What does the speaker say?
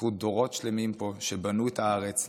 בזכות דורות שלמים פה שבנו את הארץ,